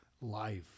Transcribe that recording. Life